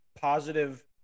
positive